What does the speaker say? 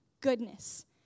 goodness